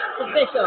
official